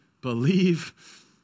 believe